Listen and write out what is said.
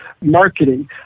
marketing